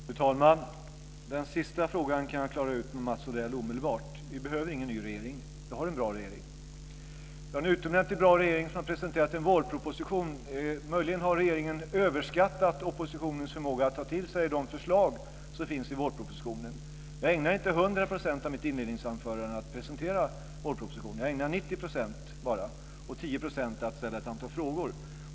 Fru talman! Den sista frågan kan jag klara ut med Mats Odell omedelbart. Vi behöver ingen ny regering. Vi har en bra regering. Vi har en utomordentligt bra regering som har presenterat en vårproposition. Möjligen har regeringen överskattat oppositionens förmåga att ta till sig de förslag som finns i vårpropositionen. Jag ägnade inte 100 % av mitt inledningsanförande åt att presentera vårpropositionen utan bara 90 % och 10 % åt att ställa ett antal frågor.